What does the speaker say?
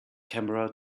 camera